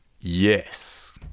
Yes